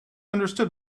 understood